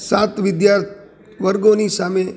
સાત વિદ્યા વર્ગોની સામે